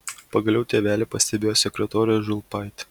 pagaliau tėvelį pastebėjo sekretorė žulpaitė